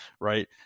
Right